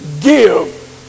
give